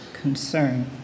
concern